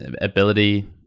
ability